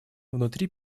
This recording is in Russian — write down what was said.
внутри